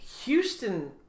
Houston